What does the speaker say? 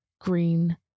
green